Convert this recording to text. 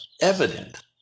evident